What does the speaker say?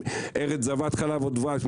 ארץ זבת חלב ודבש,